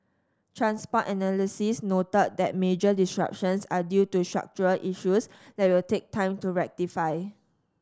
transport noted that major disruptions are due to structural issues that will take time to rectify